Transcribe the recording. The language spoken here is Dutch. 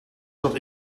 zat